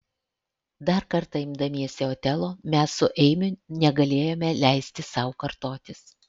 dar kartą imdamiesi otelo mes su eimiu negalėjome leisti sau kartotis